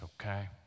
okay